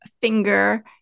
finger